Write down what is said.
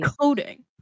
coding